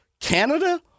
Canada